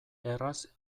erraz